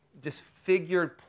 disfigured